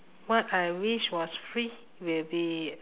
what I wish was free will be